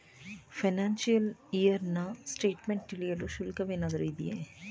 Financial year ನ statement ತಿಳಿಯಲು ಶುಲ್ಕವೇನಾದರೂ ಇದೆಯೇ?